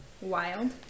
Wild